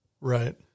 Right